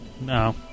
No